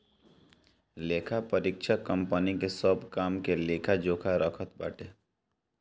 लेखापरीक्षक कंपनी के सब काम के लेखा जोखा रखत बाटे